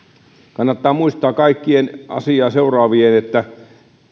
kannattaa muistaa kaikkien asiaa seuraavien että